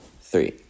three